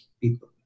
people